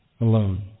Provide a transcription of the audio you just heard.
alone